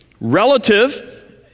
relative